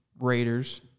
Raiders